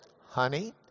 honey